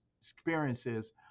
experiences